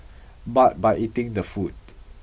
but by eating the food